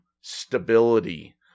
stability